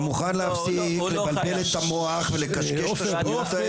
אתה מוכן להפסיק לבלבל את המוח ולקשקש את השטויות האלה?